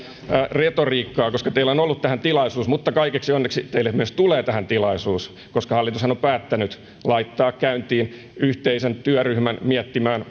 retoriikkaa koska teillä on ollut tähän tilaisuus mutta kaikeksi onneksi teille tulee tähän tilaisuus koska hallitushan on päättänyt laittaa yhteisen työryhmän miettimään